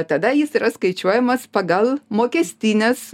tada jis yra skaičiuojamas pagal mokestines